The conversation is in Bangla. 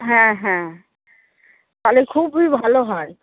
হ্যাঁ হ্যাঁ তাহলে খুবই ভালো হয়